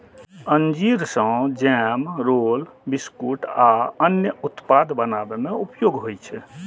अंजीर सं jam, roll, biscuit आ अन्य उत्पाद बनाबै मे उपयोग होइ छै